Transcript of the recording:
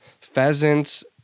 Pheasants